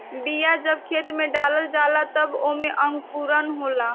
बिया जब खेत में डला जाला तब ओमे अंकुरन होला